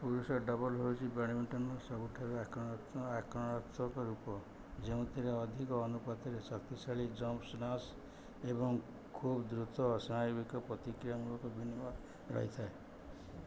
ପୁରୁଷ ଡବଲ୍ ହେଉଛି ବ୍ୟାଡ଼ମିଣ୍ଟନ୍ର ସବୁଠାରୁ ଆକ୍ରମଣାତ୍ମକ ରୂପ ଯେଉଁଥିରେ ଅଧିକ ଅନୁପାତରେ ଶକ୍ତିଶାଳୀ ଜମ୍ପ୍ସ ନାଶ୍ ଏବଂ ଖୁବ୍ ଦ୍ରୁତ ସ୍ନାୟୁବିକ ପ୍ରତିକ୍ରିୟାମୂଳକ ବିନିମୟ ରହିଥାଏ